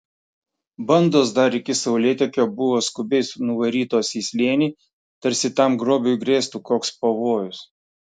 bandos dar iki saulėtekio buvo skubiai nuvarytos į slėnį tarsi tam grobiui grėstų koks pavojus